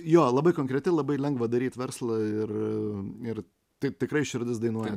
jo labai konkreti labai lengva daryt verslą ir ir taip tikrai širdis dainuoja